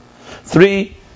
Three